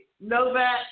Novak